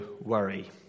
worry